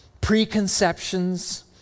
preconceptions